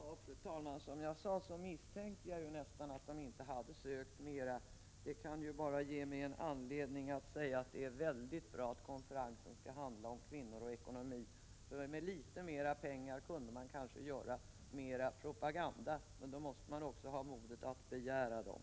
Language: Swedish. Fru talman! Som jag sade misstänkte jag nästan att man inte hade sökt mer pengar. Det ger mig en anledning att säga att det är mycket bra att konferensen skall handla om kvinnor och ekonomi — med litet mer pengar 39 kunde man kanske göra mer propaganda, men då måste man också ha modet att begära dem.